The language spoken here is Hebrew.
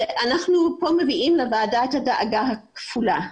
אנחנו כאן מביאים לוועדה את הדאגה הכפולה.